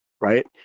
right